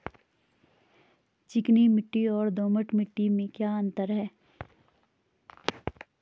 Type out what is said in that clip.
चिकनी मिट्टी और दोमट मिट्टी में क्या अंतर है?